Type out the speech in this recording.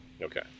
Okay